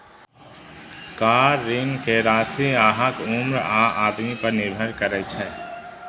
car ऋण के राशि अहांक उम्र आ आमदनी पर निर्भर करै छै